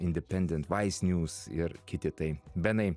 independent vais niūs ir kiti tai benai